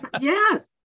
yes